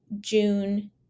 June